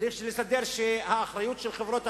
צריך לסדר את האחריות של חברות הביטוח,